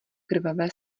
krvavé